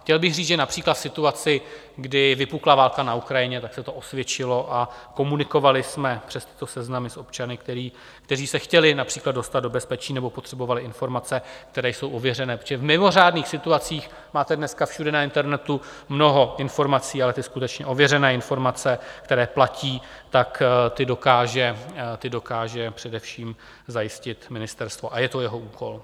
Chtěl bych říct, že například v situaci, kdy vypukla válka na Ukrajině, se to osvědčilo a komunikovali jsme přes tyto seznamy s občany, kteří se chtěli například dostat do bezpečí nebo potřebovali informace, které jsou ověřené, protože v mimořádných situacích máte dneska všude na internetu mnoho informací, ale ty skutečně ověřené informace, které platí, ty dokáže především zajistit ministerstvo a je to jeho úkol.